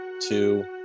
two